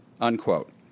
unquote